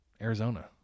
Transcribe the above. Arizona